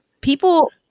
People